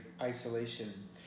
isolation